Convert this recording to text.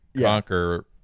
conquer